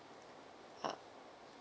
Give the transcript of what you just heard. uh